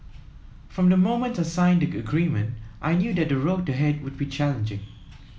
from the moment I signed the agreement I knew that the road ahead would be challenging